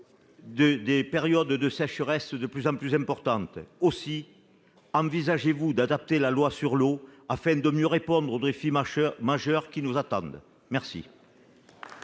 connaître des sécheresses de plus en plus graves. Aussi, envisagez-vous d'adapter la loi sur l'eau afin de mieux répondre aux défis majeurs qui nous attendent ?